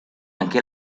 anche